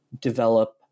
develop